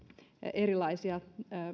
erilaisia